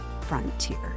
Frontier